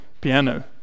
piano